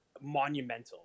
monumental